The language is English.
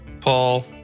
Paul